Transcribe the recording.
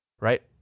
right